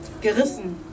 gerissen